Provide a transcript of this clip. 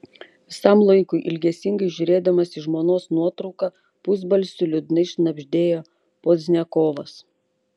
visam laikui ilgesingai žiūrėdamas į žmonos nuotrauką pusbalsiu liūdnai šnabždėjo pozdniakovas